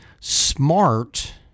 smart